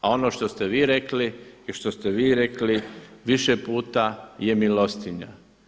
A ono što ste vi rekli i što ste vi rekli više puta je milostinja.